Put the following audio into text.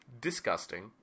disgusting